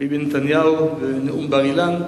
ביבי נתניהו, בנאום בר-אילן.